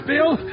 Bill